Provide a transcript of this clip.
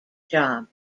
job